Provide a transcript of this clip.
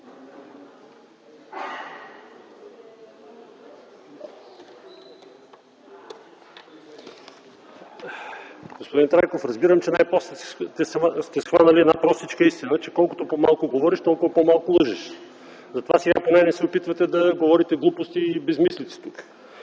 Господин Трайков, разбирам, че най-после сте схванали една простичка истина – че колкото по-малко говориш, толкова по-малко лъжеш. Затова сега поне не се опитвате да говорите глупости и безсмислици тук.